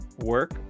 work